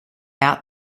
out